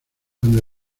cuando